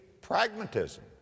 pragmatism